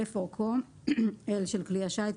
אורכו (L) של כלי השיט,